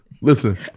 listen